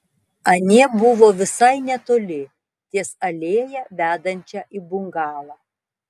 anie buvo visai netoli ties alėja vedančia į bungalą